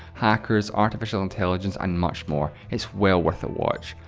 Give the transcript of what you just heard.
hackers, artificial intelligence, and much more. it's well worth a watch.